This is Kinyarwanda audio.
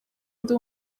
ndi